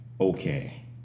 okay